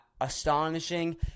astonishing